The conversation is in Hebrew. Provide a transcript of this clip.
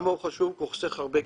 זה שיקול דעת שצריך לקחת אותו,